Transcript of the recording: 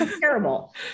Terrible